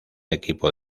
equipo